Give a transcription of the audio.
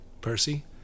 Percy